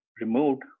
removed